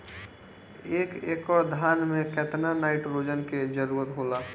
एक एकड़ धान मे केतना नाइट्रोजन के जरूरी होला?